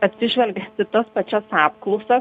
atsižvelgiant į tas pačias apklausas